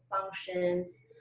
functions